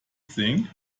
thing